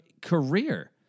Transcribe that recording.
career